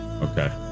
Okay